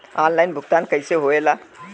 Online भुगतान कैसे होए ला?